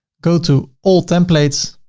go to all templates.